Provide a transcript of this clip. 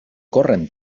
corren